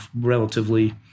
relatively